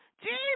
Jesus